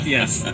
Yes